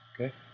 okay